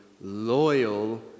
loyal